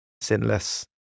sinless